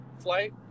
flight